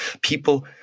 People